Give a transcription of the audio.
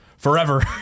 Forever